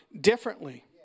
differently